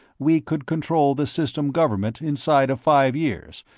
we could control the system government inside of five years,